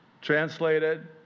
Translated